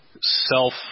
Self